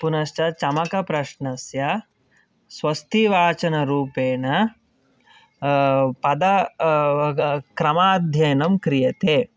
पुनश्च चमकप्रश्नस्य स्वस्तिवाचनरूपेण पद क्रमाध्ययनं क्रियते